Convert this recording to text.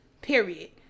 Period